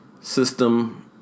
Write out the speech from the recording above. system